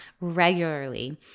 regularly